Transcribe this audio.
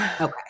Okay